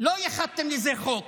לא ייחדתם לזה חוק.